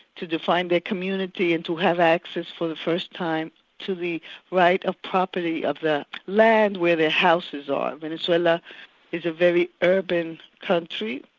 to define their community and to have access for the first time to the right of property of their land where their houses are. venezuela is a very urban country,